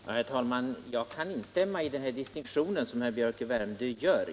Herr talman! Jag kan instämma i den distinktion som herr Biörck i Värmdö gör.